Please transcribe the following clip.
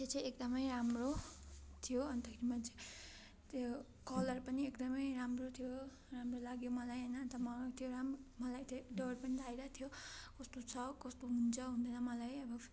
त्यो चाहिँ एकदम राम्रो थियो अन्तखेरि मैले चाहिँ त्यो कलर पनि एकदम राम्रो थियो राम्रो लाग्यो मलाई होइन त्यो मगाएको थियो राम मलाई त्यो डर पनि लागिरहेको थियो कस्तो छ कस्तो हुन्छ हुँदैन मलाई अब